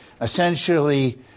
essentially